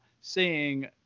seeing